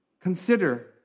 Consider